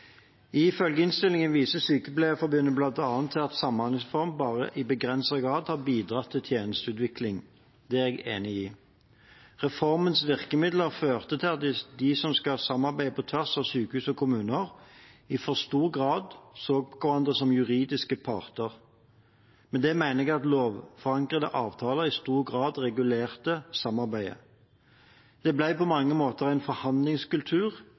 Ifølge innstillingen viser Sykepleierforbundet bl.a. til at samhandlingsreformen bare i begrenset grad har bidratt til tjenesteutvikling. Det er jeg enig i. Reformens virkemidler førte til at de som skal samarbeide på tvers av sykehus og kommuner, i for stor grad så på hverandre som juridiske parter. Med det mener jeg at lovforankrede avtaler i stor grad regulerte samarbeidet. Det ble på mange måter en forhandlingskultur